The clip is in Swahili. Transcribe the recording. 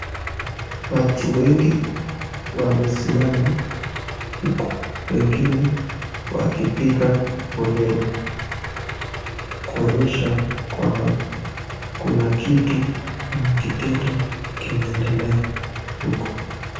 Watu wengi wamesimama huku wengine wakipiga foleni kuonyesha kwamba kuna kitu ama kitendo kinaendelea huku.